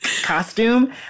costume